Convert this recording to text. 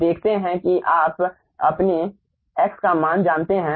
अब देखते हैं कि आप अपने x का मान जानते हैं